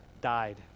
died